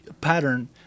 pattern